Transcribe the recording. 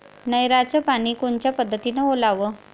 नयराचं पानी कोनच्या पद्धतीनं ओलाव?